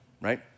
right